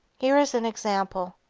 here is an example.